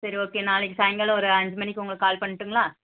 சரி ஓகே நாளைக்கு சாயங்காலம் ஒரு அஞ்சு மணிக்கு உங்களுக்கு கால் பண்ணட்டுங்களா